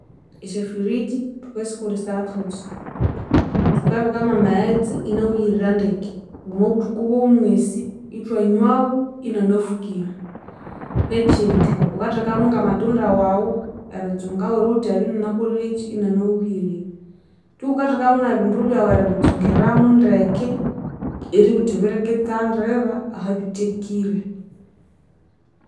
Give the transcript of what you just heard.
Esyafridge thukasikolhesaya thuthi, thukabika mwamaghetse inahuhirira ndeke ngomwabuthuku bwomwisi ithwanywawu inanafukire. Nekyindi wukathekamu ngamathunda wawu eritsungawu eribughuthi abye inanakolhirekyi inanahuhirire. Tu wukathekamwebindu byawu eribitsungirau ndeke eribugha wuthi birekitsandira ahabithekire